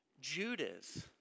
Judas